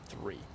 three